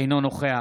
אינו נוכח